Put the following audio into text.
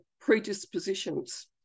predispositions